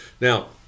Now